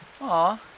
Aw